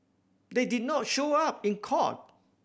they did not show up in court